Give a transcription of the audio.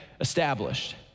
established